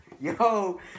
Yo